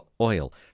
oil